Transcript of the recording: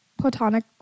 platonic